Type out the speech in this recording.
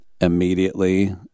immediately